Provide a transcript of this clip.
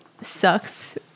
sucks